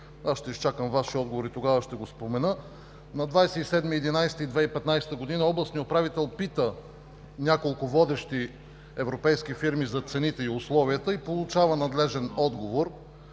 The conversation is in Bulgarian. – ще изчакам Вашия отговор и тогава ще го спомена. На 27 ноември 2015 г. областният управител пита няколко водещи европейски фирми за цените и условията и получава надлежен отговор